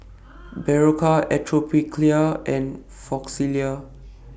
Berocca Atopiclair and Floxia